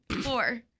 four